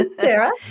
sarah